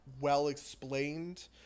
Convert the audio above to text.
well-explained